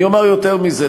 אני אומר יותר מזה,